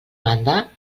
banda